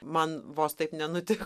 man vos taip nenutiko